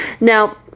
Now